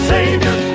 Savior